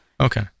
Okay